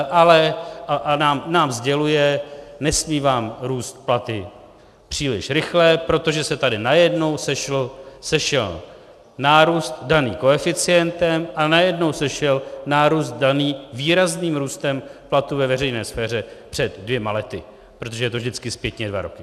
Ale nám sděluje, nesmí vám růst platy příliš rychle, protože se tady najednou sešel nárůst daný koeficientem a najednou sešel nárůst daný výrazným růstem platu ve veřejné sféře před dvěma lety, protože je to vždycky zpětně dva roky.